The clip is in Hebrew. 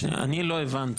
לא הבנתי.